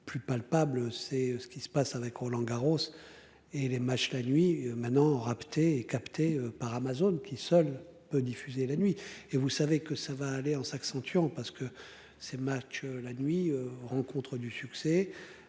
plus palpable. C'est ce qui se passe avec Roland Garros et les matchs la nuit maintenant rapt est capté par Amazon qui seule peut diffuser la nuit et vous savez que ça va aller en s'accentuant parce que ces. La nuit rencontrent du succès.